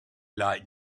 like